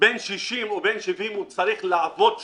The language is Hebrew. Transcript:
בן 60 או בן 70 צריך לעבוד כשומר: